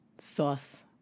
sauce